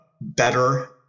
Better